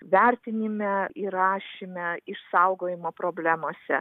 vertinime įrašyme išsaugojimo problemose